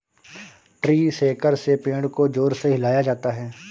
tree shaker से पेड़ को जोर से हिलाया जाता है